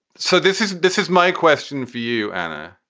so this is this is my question for you, anna.